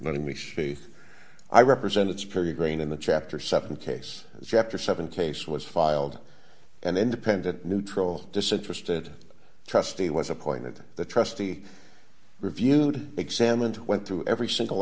letting me stay i represent it's pretty green in the chapter seven case the chapter seven case was filed an independent neutral disinterested trustee was appointed the trustee reviewed examined went through every single